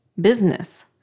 business